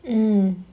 mm